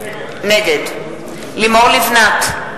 נגד לימור לבנת,